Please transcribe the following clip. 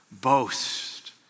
boast